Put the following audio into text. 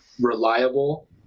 reliable